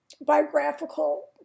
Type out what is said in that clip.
biographical